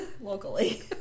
locally